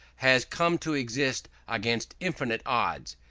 has come to exist against infinite odds.